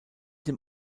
dem